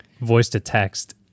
voice-to-text